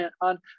on